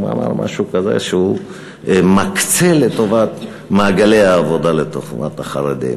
הוא אמר משהו כזה שהוא מקצה לטובת מעגלי העבודה לטובת החרדים.